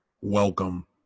welcome